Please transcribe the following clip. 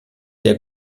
der